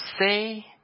say